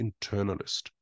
internalist